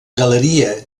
galeria